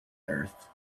earth